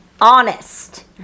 honest